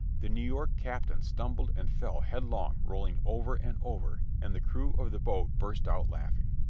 the new york captain stumbled and fell headlong, rolling over and over, and the crew of the boat burst out laughing.